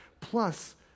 Plus